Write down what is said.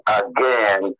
again